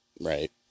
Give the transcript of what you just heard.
right